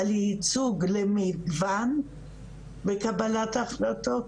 על ייצוג למגוון וקבלת החלטות,